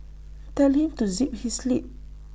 tell him to zip his lip